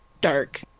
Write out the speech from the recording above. dark